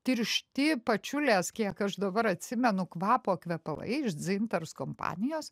tiršti pačiulės kiek aš dabar atsimenu kvapo kvepalai iš dzintars kompanijos